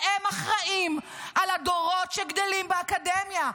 והם אחראים לדורות שגדלים באקדמיה.